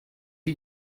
you